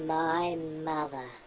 my mother